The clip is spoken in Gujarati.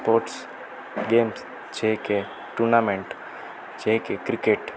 સ્પોર્ટ્સ ગેમ્સ જે કે ટૂર્નામેન્ટ જે કે ક્રિકેટ